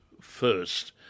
first